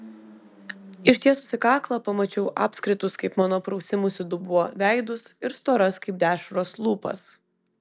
ištiesusi kaklą pamačiau apskritus kaip mano prausimosi dubuo veidus ir storas kaip dešros lūpas